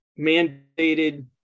mandated